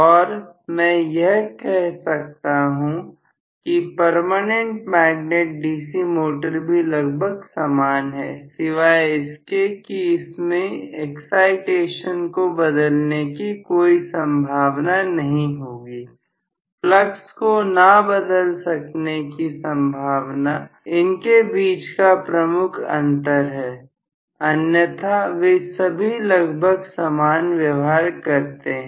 और मैं कह सकता हूं कि परमानेंट मैग्नेट DC मोटर भी लगभग समान है सिवाय इसके कि इसमें एक्साइटेशन को बदलने की कोई संभावना नहीं होगी फ्लक्स को ना बदल सकने की संभावना इनके बीच का प्रमुख अंतर है अन्यथा वे सभी लगभग समान व्यवहार करते हैं